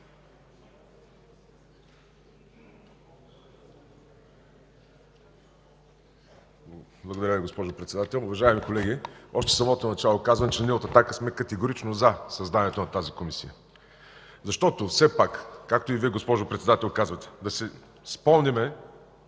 Благодаря, госпожо Председател. Уважаеми колеги, още в самото начало казвам, че ние от „Атака” сме категорично „за” създаването на тази Комисия. Все пак, както и Вие, госпожо Председател, казахте – да си спомним